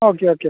okay okay